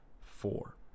four